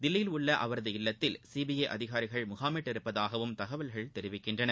தில்லியில் உள்ள அவரது இல்லத்தில் சிபிஐ அதிகாரிகள் முகாமிட்டுள்ளதாகவும் தகவல்கள் தெரிவிக்கின்றன